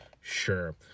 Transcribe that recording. Sure